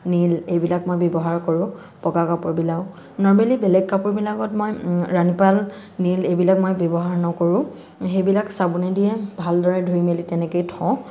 নিল এইবিলাক মই ব্যৱহাৰ কৰো বগা কাপোৰ বিলাওঁ নৰ্মেলি বেলেগ কাপোৰবিলাকত মই ৰাণীপাল নিল এইবিলাক মই ব্যৱহাৰ নকৰো সেইবিলাক চাবোনে দিয়ে ভালদৰে ধুই মেলি তেনেকেই থওঁ